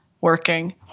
working